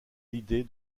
l’idée